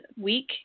week